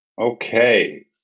Okay